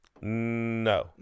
no